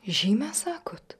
žymę sakot